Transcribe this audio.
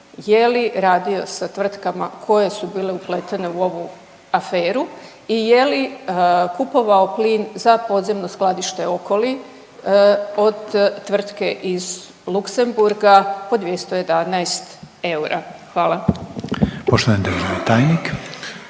je li radio sa tvrtkama koje su bile upletene u ovu aferu i je li kupovao plin za podzemno skladište Okoli od tvrtke iz Luxembourga po 211 eura? Hvala. **Reiner, Željko